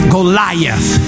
Goliath